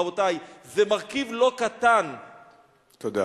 רבותי, זה מרכיב לא קטן, תודה.